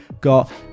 got